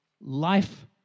life